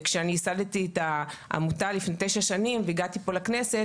כשאני ייסדתי את העמותה לפני תשע שנים והגעתי לפה לכנסת